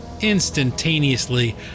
instantaneously